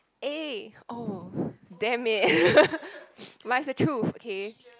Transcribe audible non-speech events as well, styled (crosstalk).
eh oh damn it (laughs) but it's the truth okay